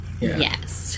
yes